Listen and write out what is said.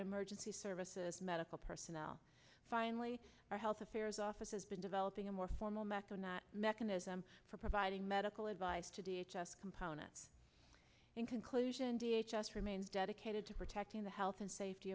emergency services medical personnel finally our health affairs office has been developing a more formal macro not mechanism for providing medical advice to the component in conclusion d h s remains dedicated to protecting the health and safety